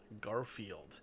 garfield